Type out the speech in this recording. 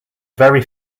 very